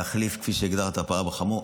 להחליף פרה בחמור,